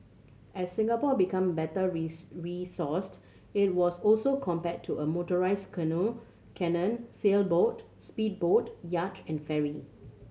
as Singapore become better resourced it was also compared to a motorised canoe sailboat speedboat yacht and ferry